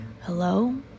Hello